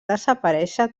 desaparèixer